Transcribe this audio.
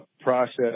process